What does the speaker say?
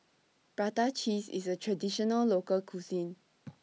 Prata Cheese IS A Traditional Local Cuisine